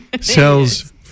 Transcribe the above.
sells